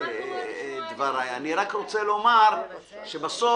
אני רק רוצה לומר, שבסוף,